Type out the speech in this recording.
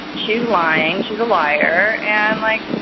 she's lying. she's a liar. and like,